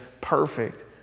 perfect